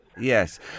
Yes